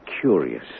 curious